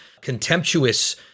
contemptuous